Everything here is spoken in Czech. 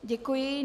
Děkuji.